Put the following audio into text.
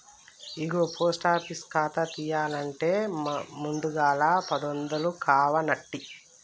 ఇగో post office ఖాతా తీయన్నంటే ముందుగల పదొందలు కావనంటి